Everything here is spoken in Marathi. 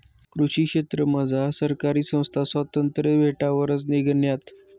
कृषी क्षेत्रमझार सहकारी संस्था स्वातंत्र्य भेटावरच निंघण्यात